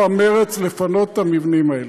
לפנות את המבנים האלה.